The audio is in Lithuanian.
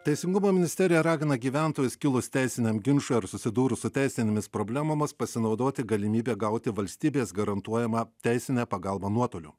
teisingumo ministerija ragina gyventojus kilus teisiniam ginčui ar susidūrus su teisinėmis problemomis pasinaudoti galimybe gauti valstybės garantuojamą teisinę pagalbą nuotoliu